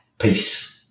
Peace